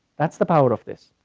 that's the power of this.